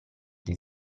dei